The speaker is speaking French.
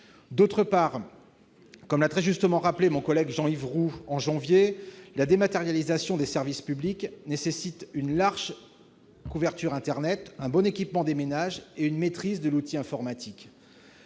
D'autre part, comme l'a très justement rappelé mon collègue Jean-Yves Roux au mois de janvier dernier, la dématérialisation des services publics nécessite une large couverture internet, un bon équipement des ménages et une maîtrise de l'outil informatique.